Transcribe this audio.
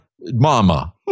mama